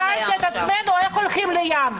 שאלתי את עצמי איך הולכים לים.